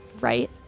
right